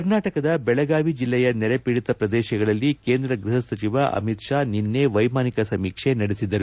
ಕರ್ನಾಟಕದ ಬೆಳಗಾವಿ ಜಿಲ್ಲೆಯ ನೆರೆ ಪೀಡಿತ ಪ್ರದೇಶಗಳಲ್ಲಿ ಕೇಂದ್ರ ಗೃಹಸಚಿವ ಅಮಿತ್ ಶಾ ನಿನ್ನೆ ವೈಮಾನಿಕ ಸಮೀಕ್ಷೆ ನಡೆಸಿದರು